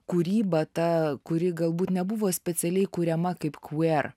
kūryba ta kuri galbūt nebuvo specialiai kuriama kaip queer